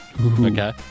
Okay